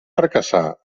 fracassar